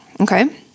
Okay